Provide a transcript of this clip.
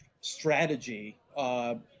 strategy